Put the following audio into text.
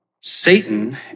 Satan